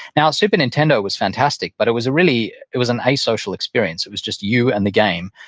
now, super nintendo was fantastic, but it was a really, it was an asocial experience. it was just you and the game.